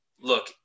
look